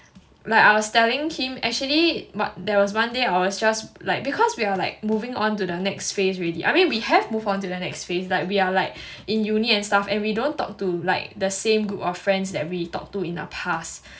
like I was telling him actually there was one day I was just like because we are like moving onto the next phase already I mean we have moved on to the next phase like we are like in uni and stuff and we don't talk to like the same group of friends that we talk to in the past